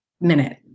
minute